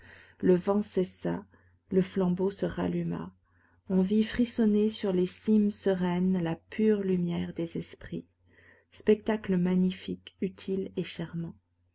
le vent cessa le flambeau se ralluma on vit frissonner sur les cimes sereines la pure lumière des esprits spectacle magnifique utile et charmant